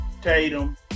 Tatum